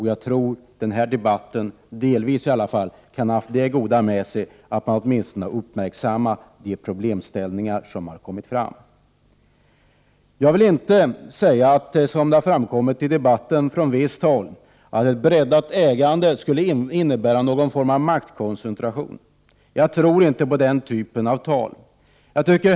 Jag tror att den här debatten åtminstone delvis haft det goda med sig att många har uppmärksammat de problemställningar som förts fram. Jag vill inte säga, vilket framkommit från visst håll i den här debatten, att ett breddat ägande skulle innebära någon form av maktkoncentration. Jag tror inte på sådant tal.